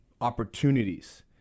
opportunities